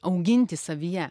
auginti savyje